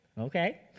okay